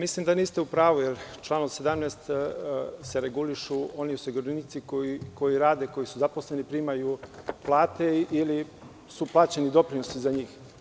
Mislim da niste u pravu jer članom 17. se regulišu oni osiguranici koji rade, koji su zaposleni, koji primaju plate ili su plaćeni doprinosi za njih.